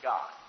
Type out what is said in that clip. God